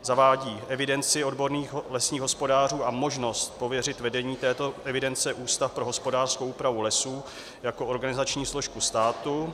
zavádí evidenci odborných lesních hospodářů a možnost pověřit vedením této evidence Ústav pro hospodářskou úpravu lesů jako organizační složku státu;